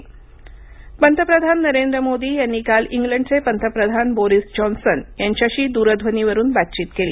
Boris Johnson पंतप्रधान नरेंद्र मोदी यांनी काल इंग्लंडचे पंतप्रधान बोरिस जॉन्सन यांच्याशी दूरध्वनीवरून बातचीत केली